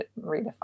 redefine